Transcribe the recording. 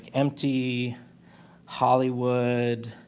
empty hollywood